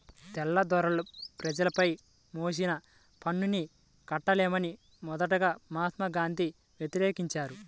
తెల్లదొరలు ప్రజలపై మోపిన పన్నుల్ని కట్టలేమని మొదటగా మహాత్మా గాంధీ వ్యతిరేకించారు